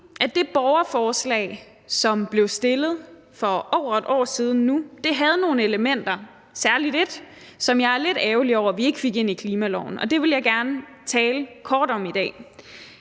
at det borgerforslag, som blev stillet for over et år siden, havde nogle elementer og særlig ét, som jeg er lidt ærgerlig over at vi ikke fik ind i klimaloven, og det vil jeg gerne tale kort om i dag.